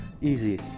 easy